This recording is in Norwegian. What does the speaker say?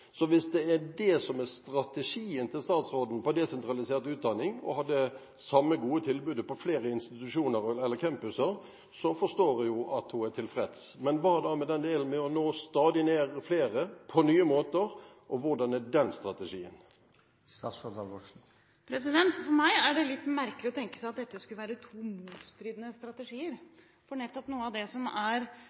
Hvis det er det som er strategien til statsråden når det gjelder desentralisert utdanning, å ha det samme gode tilbudet på flere institusjoner eller campuser, så forstår jeg jo at hun er tilfreds. Men hva da med den delen om å nå stadig flere på nye måter, hvordan er den strategien? For meg er det litt merkelig å tenke seg at dette skulle være to motstridende strategier, for nettopp noe av det som er